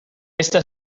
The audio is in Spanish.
esta